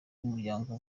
umuryango